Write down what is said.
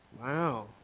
Wow